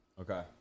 Okay